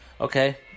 Okay